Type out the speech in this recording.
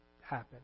happen